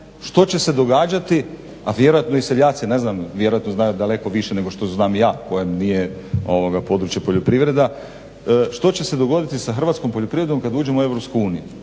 što će se događati, a vjerojatno i seljaci, ne znam, vjerojatno znaju daleko više nego što znam ja kojem nije područje poljoprivreda. Što će se dogoditi sa hrvatskom poljoprivredom kad uđemo u